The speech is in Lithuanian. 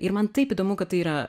ir man taip įdomu kad tai yra